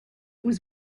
was